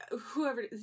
whoever